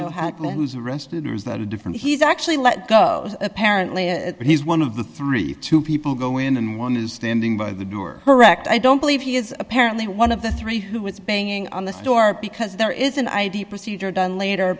know who's arrested or is that a different he's actually let go apparently it he's one of the thirty two people go in and one is standing by the door correct i don't believe he is apparently one of the three who was banging on the store because there is an id procedure done later